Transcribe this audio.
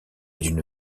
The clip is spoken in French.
d’une